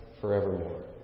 forevermore